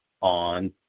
on